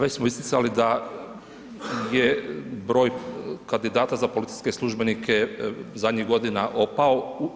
Već smo isticali da je broj kandidata za policijske službenike, zadnjih godina opao.